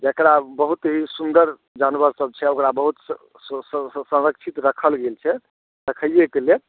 जेकरा बहुत ही सुन्दर जानवर सभ छै ओकरा बहुत संरक्षित रखल गेल छै देखैए कऽ लेल